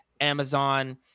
amazon